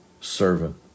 servant